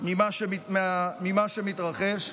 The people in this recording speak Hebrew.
ממה שמתרחש.